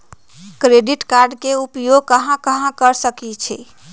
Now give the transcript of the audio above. Credit card के उपयोग कहां कहां कर सकईछी?